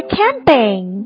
camping